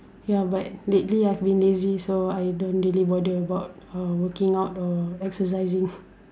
ya but lately I've been lazy so I don't really bother about working out or exercising